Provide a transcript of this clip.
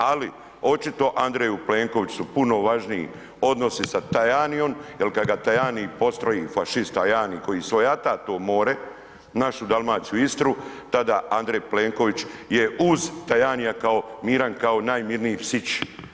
Ali očito Andreju Plenkoviću su puno važniji odnosi sa Tajanijom jer kad ga Tajani postroji, fašist Tajani koji svojata to more, našu Dalmaciju i Istru tada Andrej Plenković je uz Tajanija miran, kao najmirniji psić.